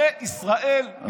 זה ישראל לפני הכול.